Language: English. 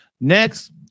Next